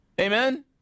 Amen